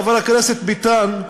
חבר הכנסת ביטן,